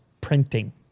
Printing